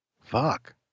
Fuck